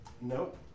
Nope